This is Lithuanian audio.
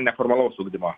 neformalaus ugdymo